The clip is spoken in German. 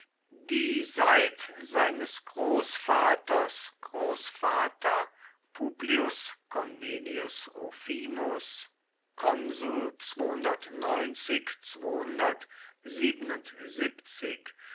die seit seines großvaters großvater publius cornelius rufinus